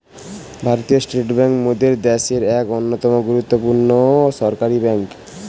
ভারতীয় state bank মোদের দ্যাশের এক অন্যতম গুরুত্বপূর্ণ সরকারি বেঙ্ক